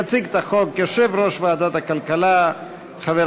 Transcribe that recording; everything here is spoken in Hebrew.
16, אין מתנגדים, אין נמנעים.